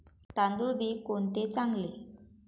तांदूळ बी कोणते चांगले?